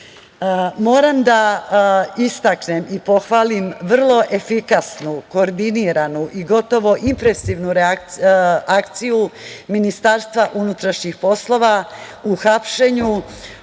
da istaknem i pohvalim vrlo efikasnu, koordiniranu i gotovo impresivnu akciju, Ministarstva unutrašnjih poslova, u hapšenju